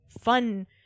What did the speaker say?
fun